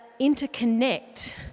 interconnect